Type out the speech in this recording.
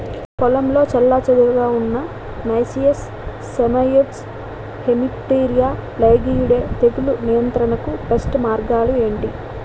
పొలంలో చెల్లాచెదురుగా ఉన్న నైసియస్ సైమోయిడ్స్ హెమిప్టెరా లైగేయిడే తెగులు నియంత్రణకు బెస్ట్ మార్గాలు ఏమిటి?